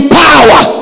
power